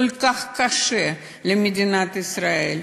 כל כך קשה למדינת ישראל,